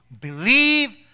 believe